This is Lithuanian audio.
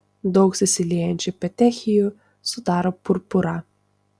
daug susiliejančių petechijų sudaro purpurą